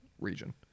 region